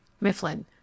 Mifflin